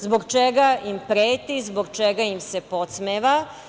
Zbog čega im preti, zbog čega im se podsmeva?